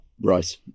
Right